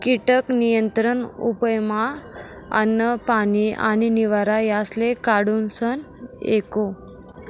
कीटक नियंत्रण उपयमा अन्न, पानी आणि निवारा यासले काढूनस एको